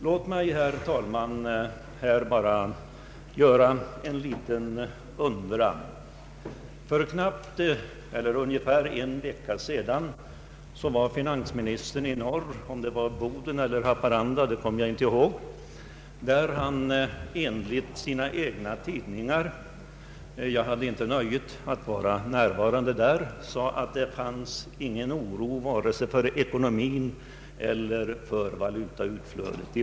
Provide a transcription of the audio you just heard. Låt mig, herr talman, här bara uttala en liten undran. För ungefär en vecka sedan var finansministern uppe i norr — om det var i Boden eller Haparanda kommer jag inte ihåg — där han enligt referat i sina egna tidningar — jag hade inte nöjet att vara närvarande — sade att det inte fanns anledning till någon oro vare sig för ekonomin i vårt land eller för valutautflödet.